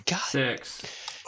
Six